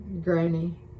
Granny